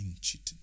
cheating